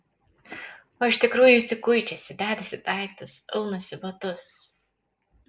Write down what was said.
o iš tikrųjų jis tik kuičiasi dedasi daiktus aunasi batus